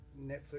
Netflix